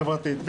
חברתית.